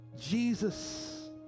Jesus